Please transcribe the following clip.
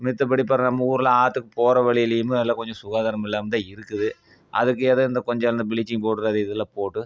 மத்தப்படி இப்போ நம்ம ஊரில் ஆற்றுக்கு போகிற வழிலேயும்மு கொஞ்சம் சுகாதாரம் இல்லாமல் தான் இருக்குது அதுக்கு ஏதோ இந்த கொஞ்சம் இந்த பிளீச்சிங் பவுடரு அது இதெல்லாம் போட்டு